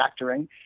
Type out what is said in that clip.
factoring